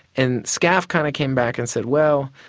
and scaf kind of came back and said, well,